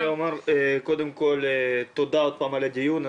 אני אומר קודם כל תודה עוד פעם על הדיון.